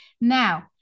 Now